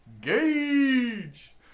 Gage